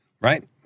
right